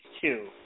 two